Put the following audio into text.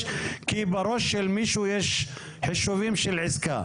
כי בראש של מישהו יש חישובים של עסקה?